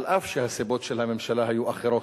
אף שהסיבות של הממשלה היו אחרות.